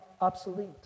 obsolete